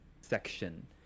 section